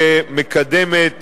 שמקדמת